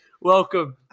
welcome